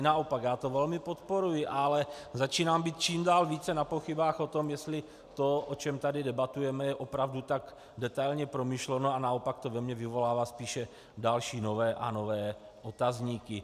Naopak, já to velmi podporuji, ale začínám být čím dál více na pochybách o tom, jestli to, o čem tady debatujeme, je opravdu tak detailně promyšleno, a naopak to ve mně vyvolává spíše další, nové a nové otazníky.